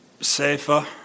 safer